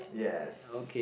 yes